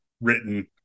written